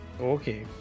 Okay